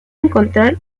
encontrar